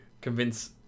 convince